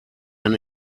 ein